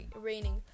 raining